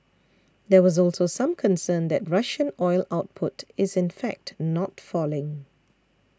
there was also some concern that Russian oil output is in fact not falling